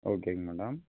ஓகேங்க மேடம்